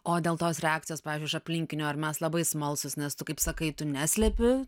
o dėl tos reakcijos pavyzdžiui iš aplinkinių ar mes labai smalsūs nes tu kaip sakai tu neslepi